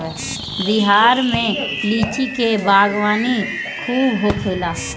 बिहार में लीची के बागवानी खूब होखेला